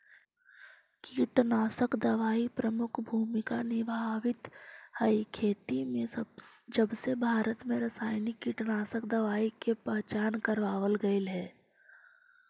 कीटनाशक दवाई प्रमुख भूमिका निभावाईत हई खेती में जबसे भारत में रसायनिक कीटनाशक दवाई के पहचान करावल गयल हे